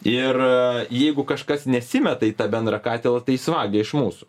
ir jeigu kažkas nesimeta į tą bendrą katilą tai jis vagia iš mūsų